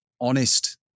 honest